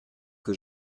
que